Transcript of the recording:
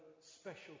special